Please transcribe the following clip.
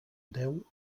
deu